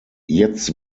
jetzt